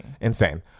Insane